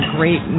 Great